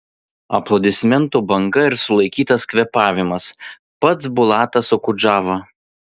aplodismentų banga ir sulaikytas kvėpavimas pats bulatas okudžava